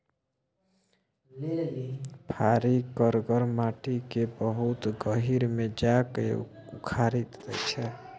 फारी करगर माटि केँ बहुत गहींर मे जा कए उखारि दैत छै